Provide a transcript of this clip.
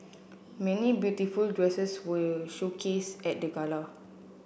many beautiful dresses were showcased at the gala